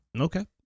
okay